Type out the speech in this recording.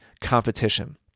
competition